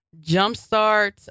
Jumpstart